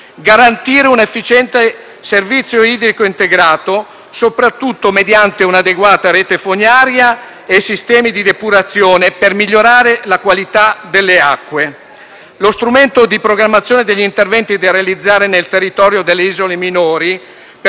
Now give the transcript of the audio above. garantire un efficiente servizio idrico integrato, soprattutto mediante un'adeguata rete fognaria e sistemi di depurazione, per migliorare la qualità delle acque. Lo strumento di programmazione degli interventi da realizzare nel territorio delle isole minori